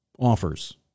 offers